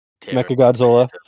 Mechagodzilla